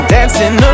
Dancing